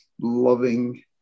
loving